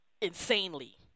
insanely